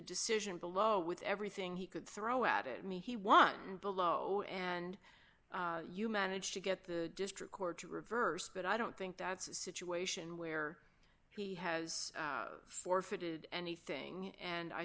decision below with everything he could throw at it me he wanted below and you managed to get the district court reversed but i don't think that's a situation where he has forfeited anything and i